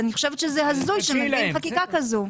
אני חושבת שזה הזוי שמביאים חקיקה כזו.